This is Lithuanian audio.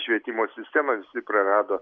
švietimo sistema visi prarado